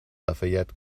lafayette